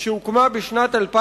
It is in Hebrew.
שהוקמה בשנת 2004